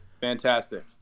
Fantastic